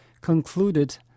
concluded